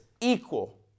equal